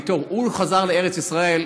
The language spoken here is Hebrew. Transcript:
הוא חזר לארץ-ישראל,